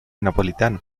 napolitano